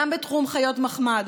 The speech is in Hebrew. גם בתחום חיות המחמד,